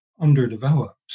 underdeveloped